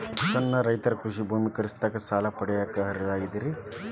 ಸಣ್ಣ ರೈತರು ಕೃಷಿ ಭೂಮಿ ಖರೇದಿಸಾಕ, ಸಾಲ ಪಡಿಯಾಕ ಅರ್ಹರಿದ್ದಾರೇನ್ರಿ?